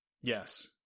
Yes